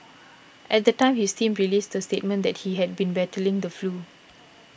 at the time his team released a statement that he had been battling the flu